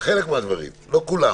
לא כולם.